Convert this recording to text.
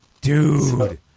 Dude